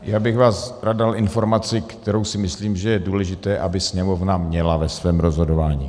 Já bych vám rád dal informaci, kterou si myslím, že je důležité, aby Sněmovna měla ve svém rozhodování.